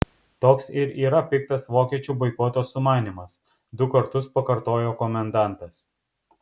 toks ir yra piktas vokiečių boikoto sumanymas du kartus pakartojo komendantas